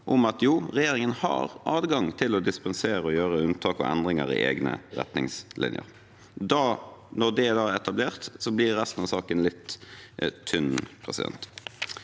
om at regjeringen har adgang til å dispensere og gjøre unntak og endringer i egne retningslinjer. Når det da er etablert, blir resten av saken litt tynn. For det